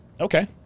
Okay